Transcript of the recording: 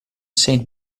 saint